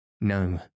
No